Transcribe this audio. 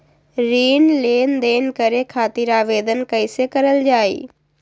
ऋण लेनदेन करे खातीर आवेदन कइसे करल जाई?